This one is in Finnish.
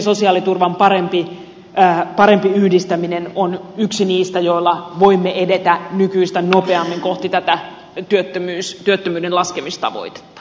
työn ja sosiaaliturvan parempi yhdistäminen on yksi niistä joilla voimme edetä nykyistä nopeammin kohti tätä työttömyyden laskemistavoitetta